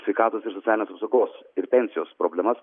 sveikatos ir socialinės apsaugos ir pensijos problemas